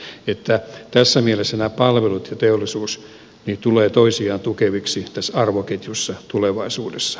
tässä mielessä nämä palvelut ja teollisuus tulevat toisiaan tukeviksi tässä arvoketjussa tulevaisuudessa